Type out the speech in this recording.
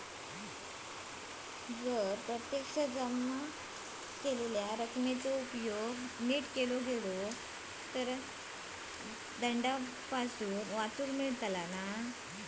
जर प्रत्यक्ष जमा रकमेचो उपेग केलो गेलो तर दंडापासून वाचुक येयत